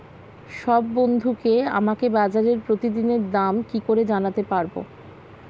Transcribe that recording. সব বন্ধুকে আমাকে বাজারের প্রতিদিনের দাম কি করে জানাতে পারবো?